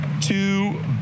two